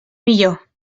millor